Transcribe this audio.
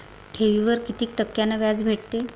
ठेवीवर कितीक टक्क्यान व्याज भेटते?